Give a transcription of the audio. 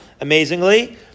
amazingly